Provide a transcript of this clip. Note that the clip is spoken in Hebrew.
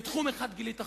שבתחום אחד גילית חזון,